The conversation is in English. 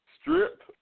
strip